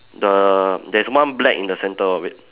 the there's one black in the center of it